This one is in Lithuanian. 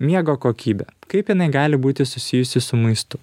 miego kokybė kaip jinai gali būti susijusi su maistu